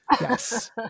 Yes